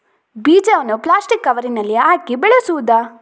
ಬೀಜವನ್ನು ಪ್ಲಾಸ್ಟಿಕ್ ಕವರಿನಲ್ಲಿ ಹಾಕಿ ಬೆಳೆಸುವುದಾ?